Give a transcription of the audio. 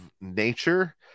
nature